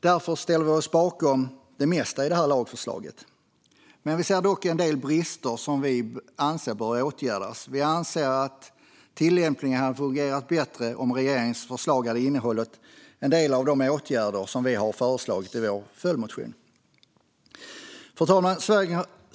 Därför ställer vi oss bakom det mesta i lagförslaget. Vi ser dock en del brister som vi anser bör åtgärdas. Vi anser att tillämpningen hade fungerat bättre om regeringens förslag hade innehållit en del av de åtgärder som vi har föreslagit i vår följdmotion.